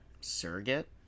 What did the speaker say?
surrogate